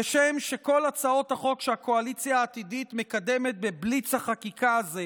כשם שכל הצעות החוק שהקואליציה העתידית מקדמת בבליץ החקיקה הזה,